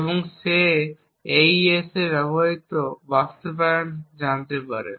এবং সে এইএস এ ব্যবহৃত বাস্তবায়নও জানতে পারে